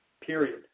period